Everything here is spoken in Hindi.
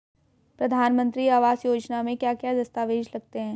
प्रधानमंत्री आवास योजना में क्या क्या दस्तावेज लगते हैं?